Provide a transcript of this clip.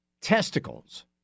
testicles